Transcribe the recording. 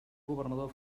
governador